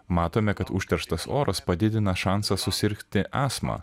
matome kad užterštas oras padidina šansą susirgti astma